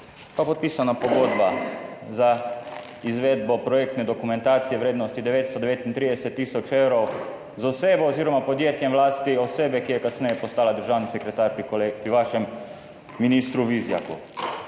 pa podpisana pogodba za izvedbo projektne dokumentacije v vrednosti 939 tisoč evrov z osebo oziroma podjetjem v lasti osebe, ki je kasneje postala državni sekretar pri vašem ministru Vizjaku.